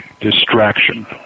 distraction